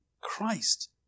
Christ